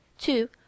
two